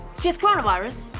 she gets cornavirus?